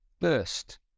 first